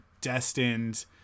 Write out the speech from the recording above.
destined